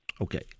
Okay